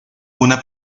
una